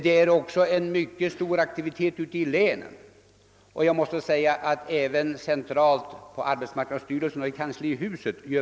Det är också en mycket stor aktivitet såväl i länen som på arbetsmarknadsstyrelsen och i kanslihuset.